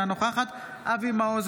אינה נוכחת אבי מעוז,